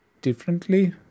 differently